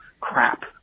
crap